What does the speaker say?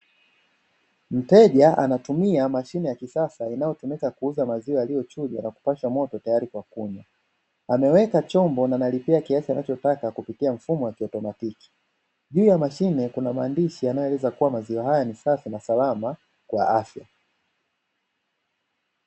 Mteja anatumia mashine ya kisasa inayotumika kuuza maziwa yaliyochujwa na kupashwa moto tayari kwa kunywa. Ameweka chombo na analipia kiasi anachotaka kupitia mfumo wa kiautomatiki. Juu ya mashine kuna maandishi yanayoeleza kuwa maziwa haya kuwa ni safi na salama kwa afya.